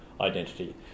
identity